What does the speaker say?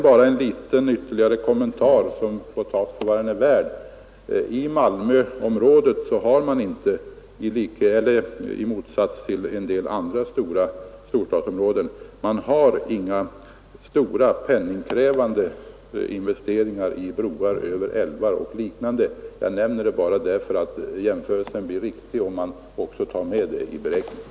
Bara ytterligare en liten kommentar som får tas för vad den är värd: I Malmöområdet har man inte — i motsats till en del andra storstadsområden — några stora, penningkrävande investeringar i broar över älvar och liknande. Jag nämner det därför att jämförelsen blir riktig först när man tar med det i beräkningen.